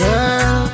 Girl